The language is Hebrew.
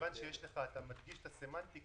מכיוון שאתה מדגיש את הסמנטיקה,